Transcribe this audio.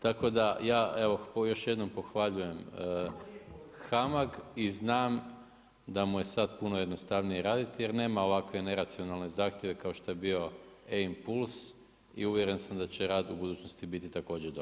Tako da ja evo, još jednom pohvaljujem HAMAG i znam da mu je sad puno jednostavnije raditi jer nema ovakve neracionalne zahtjeve kao što je bio E-impuls i uvjeren sam da će rad u budućnosti biti također dobar.